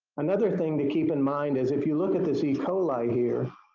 another thing to keep in mind is, if you look at this e. coli here,